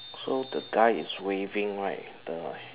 so the guy is waving right the